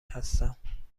هستم